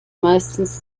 meistens